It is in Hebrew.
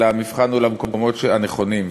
אלא המבחן הוא למקומות הנכונים,